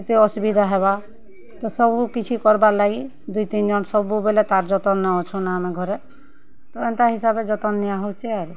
କେତେ ଅସୁବିଧା ହେବା ତ ସବୁ କିଛି କର୍ବାର୍ ଲାଗି ଦୁଇ ତିନ୍ ଜନ୍ ସବୁବେଲେ ତା'ର ଜତନ୍ନୁ ଅଛନ୍ ଆମେ ଘରେ ତ ଏନ୍ତା ହିସାବେ ଜତନ୍ ନିଆ ହଉଛେ ଆରୁ